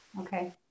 Okay